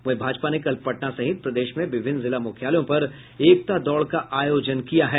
वहीं भाजपा ने कल पटना सहित प्रदेश में विभिन्न जिला मुख्यालयों पर एकता दौड़ का आयोजन किया है